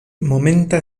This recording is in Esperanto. momenta